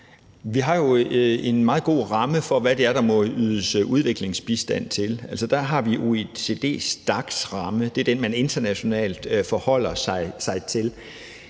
Vi har jo en meget god ramme for, hvad der må ydes udviklingsbistand til. Det har vi i OECD's DAC-ramme – det er den, man internationalt forholder sig til.